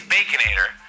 Baconator